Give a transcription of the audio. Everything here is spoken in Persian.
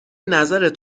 نظرت